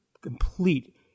complete